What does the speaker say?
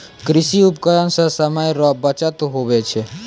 कृषि उपकरण से समय रो बचत हुवै छै